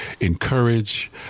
encourage